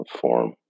form